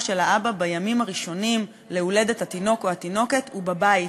של האבא בימים הראשונים להולדת התינוק או התינוקת הוא בבית,